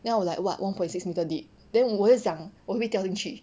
then 我 like what one point six meter deep then 我在想我会不会掉进去